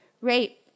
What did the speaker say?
rape